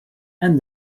and